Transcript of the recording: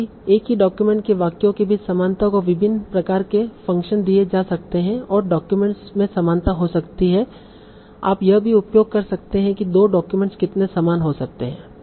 साथ ही एक ही डॉक्यूमेंट के वाक्यों के बीच समानता को विभिन्न प्रकार के फ़ंक्शन दिए जा सकते हैं और डाक्यूमेंट्स में समानता हो सकती है आप यह भी उपयोग कर सकते हैं कि दो डॉक्यूमेंट कितने समान हो सकते हैं